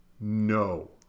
no